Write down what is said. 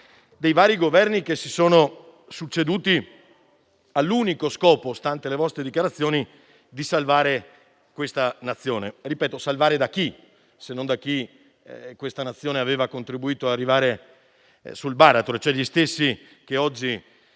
dei vari Governi che si sono succeduti all'unico scopo, stante le vostre dichiarazioni, di salvare questa Nazione. Ripeto, salvare da chi, poi, se non da coloro che avevano contribuito a farla arrivare sul baratro? Quelli che oggi